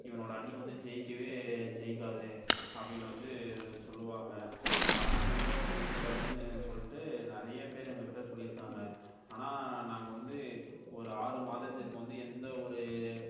இவனோடய அணி வந்து ஜெயிக்கவே ஜெயிக்காது அப்டின்னு வந்து சொல்லுவாங்க உன்னால் முடிஞ்சா ஜெயிச்சு காட்டுனு சொல்லிட்டு நிறைய பேர் எங்கள் கிட்ட சொல்லியிருக்காங்க ஆனால் நாங்கள் வந்து ஒரு ஆறு மாதத்திற்கு வந்து எந்த ஒரு